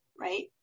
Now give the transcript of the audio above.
right